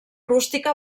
rústica